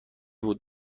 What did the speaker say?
بود